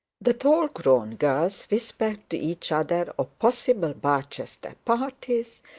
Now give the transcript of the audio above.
the tall-grown girls whispered to each other of possible barchester parties,